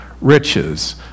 riches